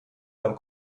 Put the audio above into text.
beim